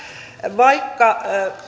vaikka